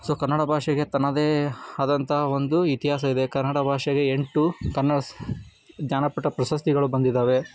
so Kannada ಭಾಷೆಗೆ ತನ್ನದೇ ಆದಂಥ ಒಂದು ಇತಿಹಾಸ ಇದೆ ಕನ್ನಡ ಭಾಷೆಗೆ ಎಂಟು ಕನ್ನಡ ಸ್ ಜ್ಞಾನಪೀಠ ಪ್ರಶಸ್ತಿಗಳು ಬಂದಿದ್ದಾವೆ